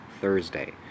Thursday